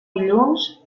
dilluns